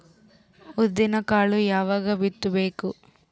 ಉದ್ದಿನಕಾಳು ಯಾವಾಗ ಬಿತ್ತು ಬೇಕು?